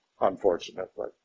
Unfortunately